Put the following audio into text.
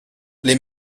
les